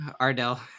Ardell